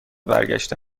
برگشته